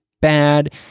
bad